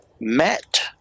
met